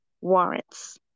warrants